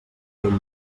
vella